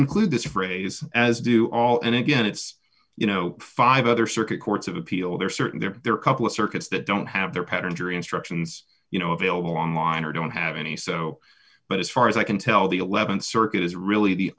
include this phrase as do all and again it's you know five other circuit courts of appeal there are certain there are a couple of circuits that don't have their patterns or instructions you know available online or don't have any so but as far as i can tell the th circuit is really the